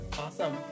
awesome